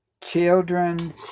children